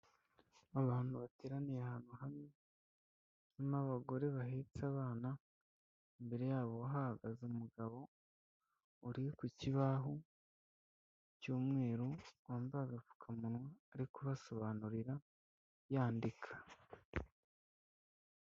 Abantu bateraniye ahantu hamwe, harimo abagore bahetse abana, imbere yabo hahagaze umugabo uri ku kibahu cy'umweru wambaye agapfukamuna uri kubasobanurira yandika.